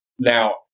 Now